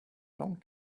long